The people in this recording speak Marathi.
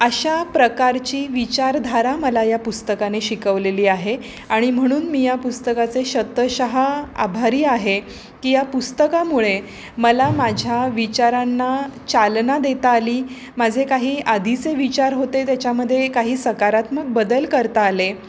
अशा प्रकारची विचारधारा मला या पुस्तकाने शिकवलेली आहे आणि म्हणून मी या पुस्तकाचे शतशः आभारी आहे की या पुस्तकामुळे मला माझ्या विचारांना चालना देता आली माझे काही आधीचे विचार होते त्याच्यामध्ये काही सकारात्मक बदल करता आले